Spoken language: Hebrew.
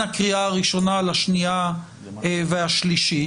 הקריאה הראשונה לקריאה השנייה והקריאה השלישית,